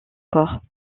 corps